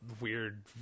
weird